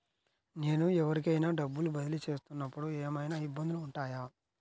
నేను ఎవరికైనా డబ్బులు బదిలీ చేస్తునపుడు ఏమయినా ఇబ్బందులు వుంటాయా?